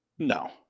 No